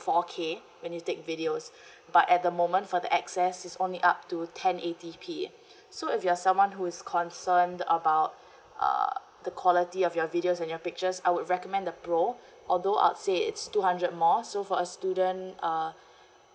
four K when you take videos but at the moment for the X S is only up to ten A_T_P if you're someone who is concern about uh the quality of your videos and your pictures I would recommend the pro although I would say it's two hundred more so for a student uh